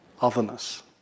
otherness